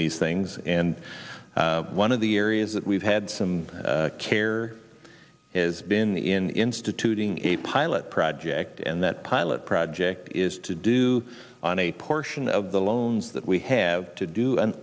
these things and one of the areas that we've had some care is been in instituting a pilot project and that pilot project is to do on a portion of the loans that we have to do an